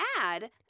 add